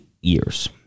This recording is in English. years